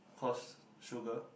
cause sugar